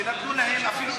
שנתנו להם אפילו,